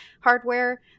hardware